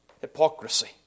hypocrisy